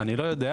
אני לא יודע,